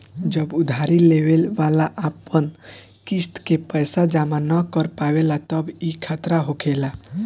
जब उधारी लेवे वाला अपन किस्त के पैसा जमा न कर पावेला तब ई खतरा होखेला